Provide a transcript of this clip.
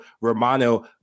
Romano